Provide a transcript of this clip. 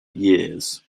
years